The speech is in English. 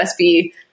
USB